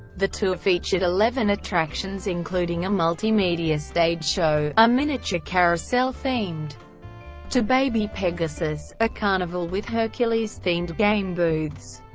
the tour featured eleven attractions including a multimedia stage show, a miniature carousel themed to baby pegasus, a carnival with hercules-themed game booths,